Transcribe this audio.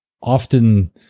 often